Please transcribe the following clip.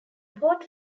port